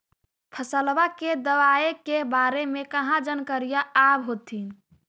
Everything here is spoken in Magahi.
फसलबा के दबायें के बारे मे कहा जानकारीया आब होतीन?